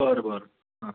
बरं बरं हां